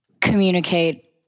communicate